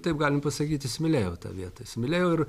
taip galim pasakyti įsimylėjau tą vietą įsimylėjau ir